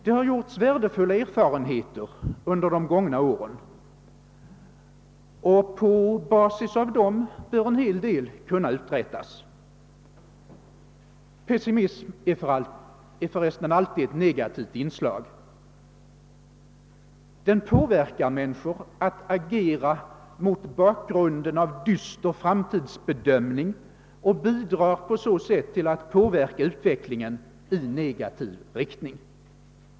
Det har samlats värdefulla erfarenheter under de gångna åren, och på basis av dem bör en hel del kunna uträttas. Pessimism är för resten alltid ett negativt inslag. Den påverkar människor att agera mot bakgrunden av dyster framtidsbedömning och bidrar på så sätt till att påverka utvecklingen i negativ riktning.